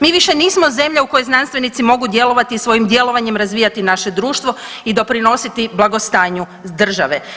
Mi više nismo zemlja u kojoj znanstvenici mogu djelovati i svojim djelovanjem razvijati naše društvo i doprinositi blagostanju države.